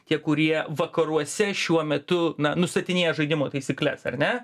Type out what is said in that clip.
tie kurie vakaruose šiuo metu na nustatinėja žaidimo taisykles ar ne